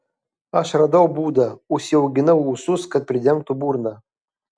aš radau būdą užsiauginau ūsus kad pridengtų burną